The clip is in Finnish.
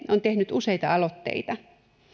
on tehnyt useita aloitteita